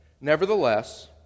Nevertheless